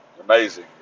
amazing